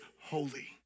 holy